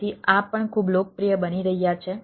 તેથી આ પણ ખૂબ લોકપ્રિય બની રહ્યાં છે